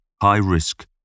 high-risk